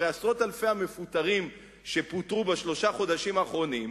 הרי עשרות אלפי האנשים שפוטרו בשלושת החודשים האחרונים,